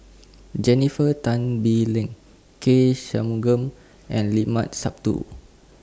Jennifer Tan Bee Leng K Shanmugam and Limat Sabtu